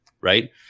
right